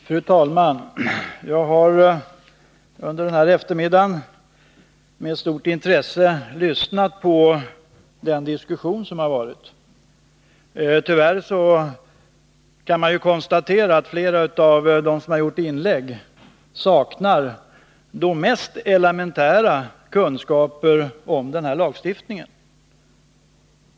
Fru talman! Jag har under den här eftermiddagen med stort intresse lyssnat på den diskussion som förts. Tyvärr kan man konstatera att flera av dem som har gjort inlägg saknar de mest elementära kunskaperna om anställningsskyddslagstiftningen.